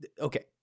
Okay